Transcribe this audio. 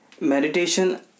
meditation